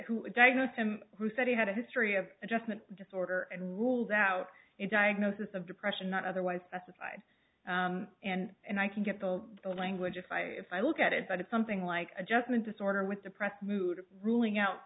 who diagnosed him who said he had a history of adjustment disorder and rules out it diagnosis of depression not otherwise specified and i can get the language if i if i look at it but it's something like adjustment disorder with depressed mood ruling out